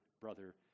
brother